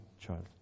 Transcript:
child